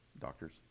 doctors